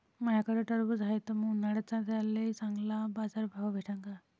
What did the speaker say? माह्याकडं टरबूज हाये त मंग उन्हाळ्यात त्याले चांगला बाजार भाव भेटन का?